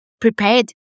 prepared